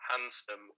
Handsome